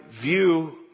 view